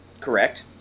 Correct